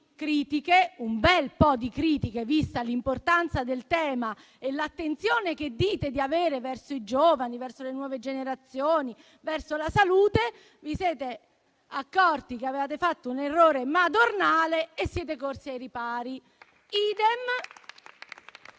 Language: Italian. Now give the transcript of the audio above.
ha sollevato molte critiche, vista l'importanza del tema e l'attenzione che dite di avere verso i giovani, verso le nuove generazioni, verso la salute, che vi siete accorti di aver fatto un errore madornale e siete corsi ai ripari.